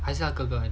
还是他哥哥